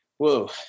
Whoa